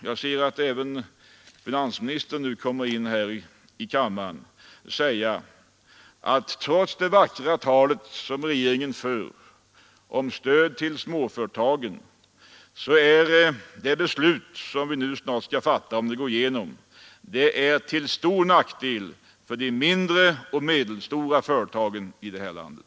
Jag ser att finansministern nu har kommit in i kammaren, och därför vill jag säga till honom att trots det vackra tal regeringen för om stöd till småföretagen är det beslut som vi nu snart skall fatta, om regeringens förslag går igenom, till stor nackdel för de mindre och medelstora företagen här i landet.